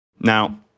Now